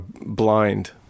blind